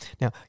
Now